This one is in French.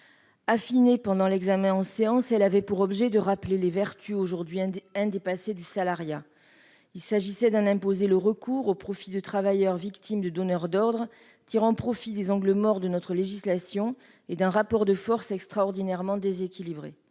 Affinée en séance, elle avait pour objet de rappeler les vertus aujourd'hui indépassées du salariat. Il s'agissait d'en imposer le recours au profit de travailleurs victimes de donneurs d'ordre qui tirent profit des angles morts de notre législation et d'un rapport de force extraordinairement déséquilibré.